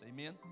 amen